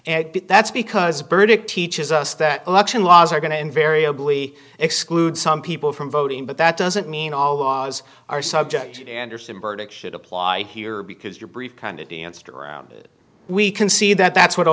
that's because burdick teaches us that election laws are going to invariably exclude some people from voting but that doesn't mean all laws are subject anderson burdick should apply here because your brief kind of danced around it we can see that that's what